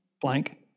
blank